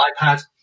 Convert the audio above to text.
iPad